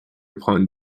upon